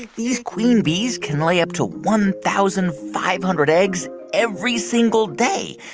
these queen bees can lay up to one thousand five hundred eggs every single day.